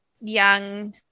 young